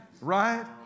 Right